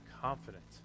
confident